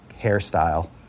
hairstyle